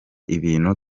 ibintu